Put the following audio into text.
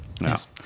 Yes